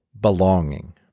belonging